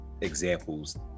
examples